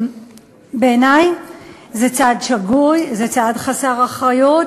בעיני זה צעד שגוי, זה צעד חסר אחריות,